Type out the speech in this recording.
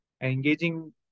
engaging